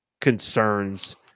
concerns